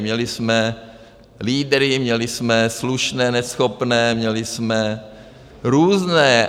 Měli jsme lídry, měli jsme slušné, neschopné, měli jsme různé.